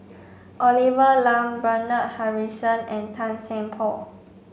Olivia Lum Bernard Harrison and Tan Seng Poh